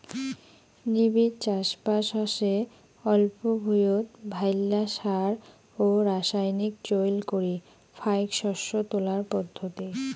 নিবিড় চাষবাস হসে অল্প ভুঁইয়ত ভাইল্লা সার ও রাসায়নিক চইল করি ফাইক শস্য তোলার পদ্ধতি